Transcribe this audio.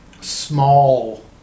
small